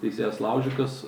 teisėjas laužikas